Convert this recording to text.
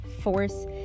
force